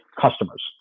customers